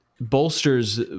bolsters